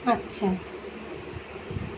আচ্ছা